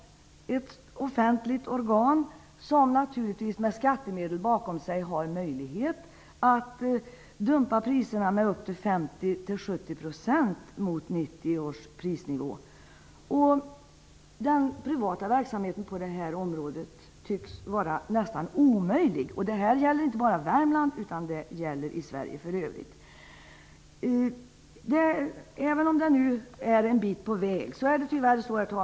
Det har med skattemedel bakom sig naturligtvis möjlighet att dumpa priserna med 50--70 % mot 1990 års prisnivå. Den privata verksamheten på detta område tycks vara nästan omöjlig att bedriva. Det gäller inte bara Värmland, utan det gäller i Sverige i övrigt. Vi är nu en bit på väg.